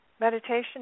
Meditation